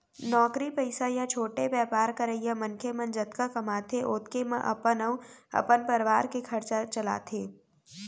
नौकरी पइसा या छोटे बयपार करइया मनखे मन जतका कमाथें ओतके म अपन अउ अपन परवार के खरचा चलाथें